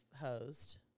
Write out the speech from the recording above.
hosed